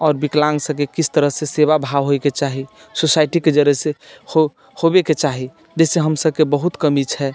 आओर विकलाङ्गसभके किस तरहके सेवा भाव होइके चाही सोसाइटीके जरेसँ हो होबयके चाही जाहिसँ हमसभके बहुत कमी छै